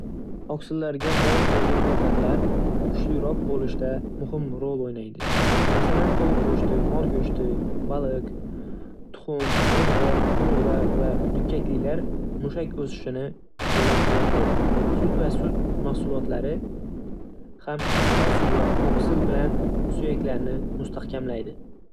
Oqsillarga boy oziq-ovqatlar kuchliroq bo'lishda muhim rol o'ynaydi. Masalan, tovuq go'shti, mol go'shti, baliq, tuxum, yong'oq, urug'lar va dukkaklilar mushak o'sishini qo'llab-quvvatlaydi. Sut va sut mahsulotlari ham kalsiy va oqsil bilan suyaklarni mustahkamlaydi.